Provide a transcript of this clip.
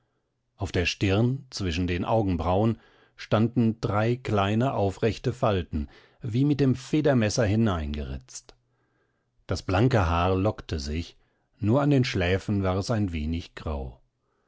auf der stirn zwischen den augenbrauen standen drei kleine aufrechte falten wie mit dem federmesser hineingeritzt das blanke haar lockte sich nur an den schläfen war es ein wenig grau